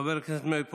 חבר הכנסת מאיר פרוש,